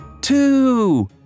Two